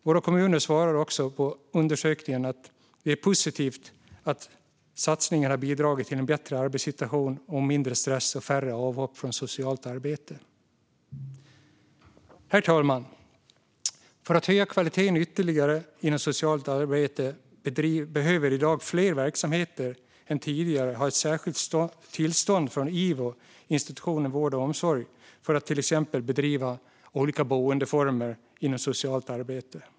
Våra kommuner svarade också i undersökningen att det är positivt att satsningen har bidragit till en bättre arbetssituation, mindre stress och färre avhopp från socialt arbete. Herr talman! För att höja kvaliteten ytterligare inom socialt arbete behöver i dag fler verksamheter än tidigare ha ett särskilt tillstånd från IVO, Inspektionen för vård och omsorg, för att till exempel bedriva olika boendeformer inom socialt arbete.